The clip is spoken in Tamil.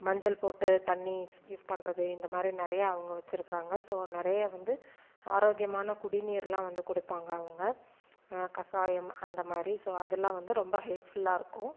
மஞ்சள் போட்டு தண்ணி யூஸ் பண்ணுறது இந்த மாதிரி நிறையா அவங்க வெச்சுருக்குறாங்க ஸோ நிறையா வந்து ஆரோக்கியமான குடிநீரெலாம் வந்து கொடுப்பாங்க அவங்க கசாயம் அந்த மாதிரி ஸோ அதெல்லாம் வந்து ரொம்ப ஹெல்ப்ஃபுல்லாக இருக்கும்